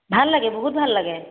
ভাল লাগে বহুত ভাল লাগে